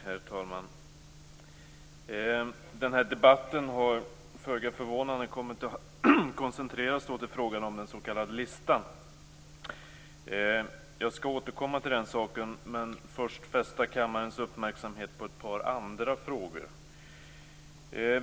Herr talman! Den här debatten har, föga förvånande, kommit att koncentreras till frågan om den s.k. listan. Jag skall återkomma till den saken. Först vill jag fästa kammarens uppmärksamhet på ett par andra frågor.